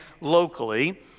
locally